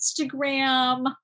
Instagram